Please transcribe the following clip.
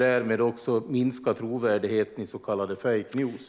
Därmed minskar trovärdigheten i så kallade fake news.